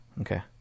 Okay